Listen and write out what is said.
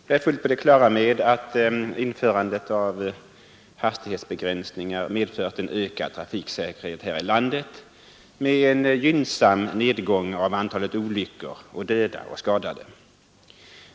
Jag är fullt på det klara med att införandet av hastighetsbegränsningar har medfört en ökad trafiksäkerhet här i landet med en gynnsam nedgång av antalet olyckor och därmed av döda och skadade.